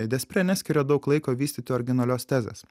despre neskiria daug laiko vystyti originalios tezės